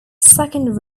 second